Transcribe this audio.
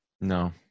No